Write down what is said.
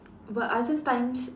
but other times